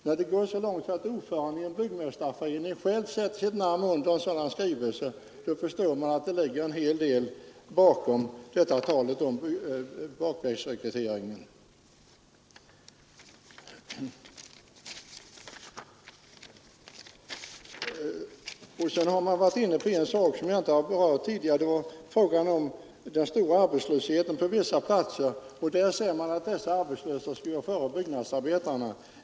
När det går så långt att ordföranden i en byggmästarförening själv sätter sitt namn under en sådan skrivelse förstår man att det ligger en del i talet om bakvägsrekrytering. Slutligen har man också varit inne på en annan sak, som jag inte har berört tidigare, nämligen frågan om den stora arbetslösheten på vissa platser. Man har då sagt att dessa arbetslösa skall gå före byggnadsarbetarna.